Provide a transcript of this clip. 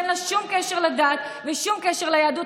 שאין לה שום קשר לדת ושום קשר ליהדות,